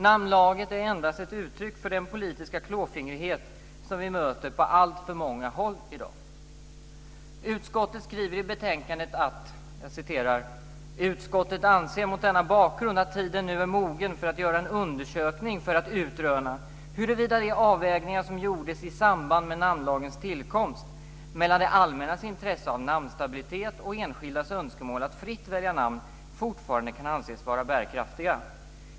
Namnlagen är endast ett uttryck för den politiska klåfingrighet som vi möter på alltför många håll i dag. "Utskottet anser mot denna bakgrund att tiden nu är mogen för att göra en undersökning för att utröna huruvida de avvägningar som gjordes i samband med namnlagens tillkomst mellan det allmännas intresse av namnstabilitet och enskildas önskemål att fritt välja namn fortfarande kan anses vara bärkraftiga.